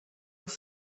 auch